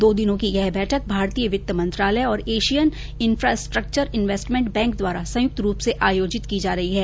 दो दिनों की यह बैठक भारतीय वित्त मंत्रालय और एशियन इंफ्रास्ट्रक्चर इन्वेस्टमेंट बैंक द्वारा संयुक्त रूप से आयोजित की जा रही है